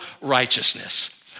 righteousness